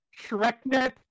ShrekNet